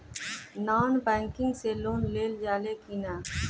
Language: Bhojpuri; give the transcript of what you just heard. नॉन बैंकिंग से लोन लेल जा ले कि ना?